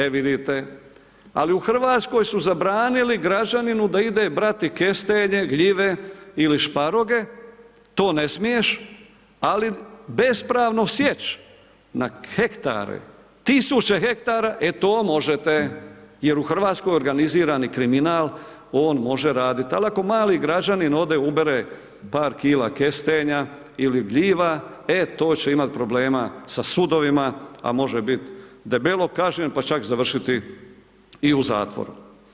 E vidite, ali u RH su zabranili građaninu da ide brati kestenje, gljive ili šparoge, to ne smiješ, ali bespravno sijeć, na hektare, tisuće hektara, e to možete jer u RH organizirani kriminal, on može radit, al ako mali građanin ode, ubere par kila kestenja ili gljiva, e to će imati problema sa sudovima, a može bit debelo kažnjen, pa čak završiti i u zatvoru.